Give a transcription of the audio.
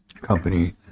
company